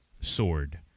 Sword